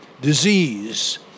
disease